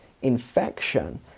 infection